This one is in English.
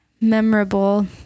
memorable